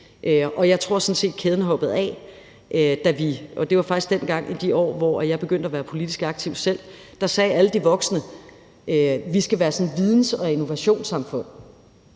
og jeg tror faktisk, kæden hoppede af dengang i de år, hvor jeg selv begyndte at være politisk aktiv. Da sagde alle de voksne, at vi skal være et videns- og innovationssamfund,